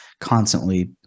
constantly